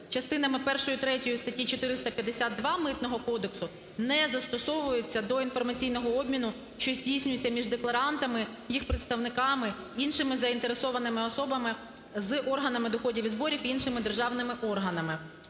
частинами першою і третьою, статті 452 Митного кодексу, не застосовуються до інформаційного обміну, що здійснюється між декларантами, їх представниками і іншими заінтересованими особами з органами доходів і зборів і іншими державними органами,